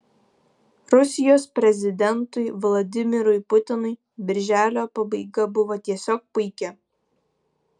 rusijos prezidentui vladimirui putinui birželio pabaiga buvo tiesiog puiki